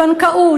הבנקאות,